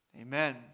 Amen